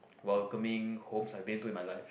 welcoming homes I've been to in my life